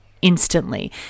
instantly